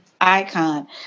icon